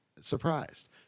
surprised